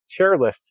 chairlift